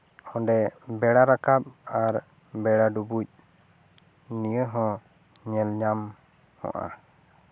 ᱚᱸᱰᱮ ᱵᱮᱲᱟ ᱨᱟᱠᱟᱵ ᱟᱨ ᱵᱮᱲᱟ ᱰᱩᱵᱩᱡ ᱱᱤᱭᱟᱹ ᱦᱚᱸ ᱧᱮᱞᱼᱧᱟᱢᱚᱜᱼᱟ